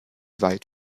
weit